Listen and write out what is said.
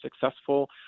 successful